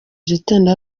gitondo